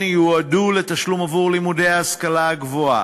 ייועדו לתשלום עבור לימודי ההשכלה הגבוהה,